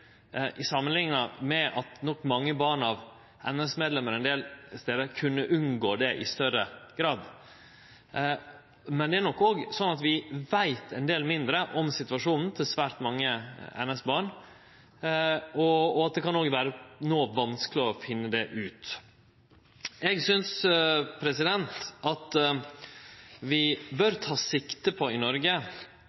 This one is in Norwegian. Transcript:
nok mange barn av NS-medlemer ein del stader unngå det i større grad. Men det er nok òg slik at vi veit ein del mindre om situasjonen til svært mange NS-barn, og at det òg kan vere noko vanskelegare å finne det ut. Eg synest at vi bør